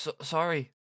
Sorry